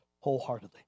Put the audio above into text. wholeheartedly